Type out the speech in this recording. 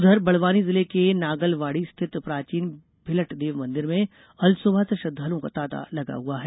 उधर बड़वानी जिले के नागलवाड़ी स्थित प्राचीन भिलट देव मंदिर में अलसुबह से श्रद्धालुओं का तांता लगा हुआ है